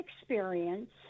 experience